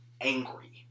angry